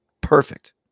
Perfect